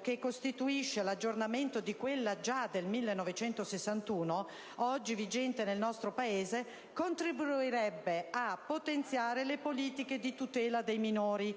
che costituisce l'aggiornamento di quella del 1961, oggi vigente nel nostro Paese, contribuirebbe a potenziare le politiche di tutela dei minori,